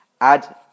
add